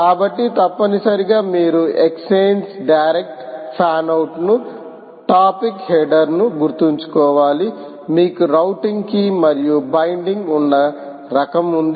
కాబట్టి తప్పనిసరిగా మీరు ఎక్స్ఛేంజ్ డైరెక్ట్ ఫ్యాన్ ఔట్ ను టాపిక్ హెడర్ను గుర్తుంచుకోవాలి మీకు రౌటింగ్ కీ మరియు బైండింగ్ ఉన్న రకం ఉంది